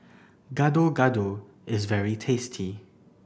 Gado Gado is very tasty